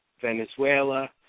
Venezuela